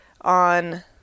on